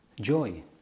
joy